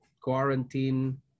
quarantine